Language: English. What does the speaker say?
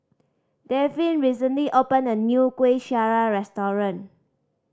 Davin recently opened a new Kuih Syara restaurant